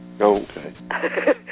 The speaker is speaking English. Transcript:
okay